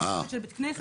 בתוספת של בית כנסת,